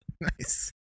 Nice